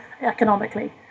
economically